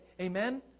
Amen